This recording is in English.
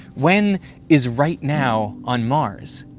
when is right now on mars?